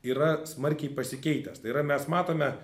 yra smarkiai pasikeitęs tai yra mes matome